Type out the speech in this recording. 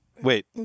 wait